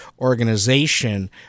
organization